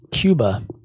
Cuba